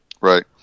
right